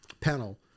panel